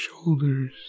shoulders